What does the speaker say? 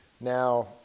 now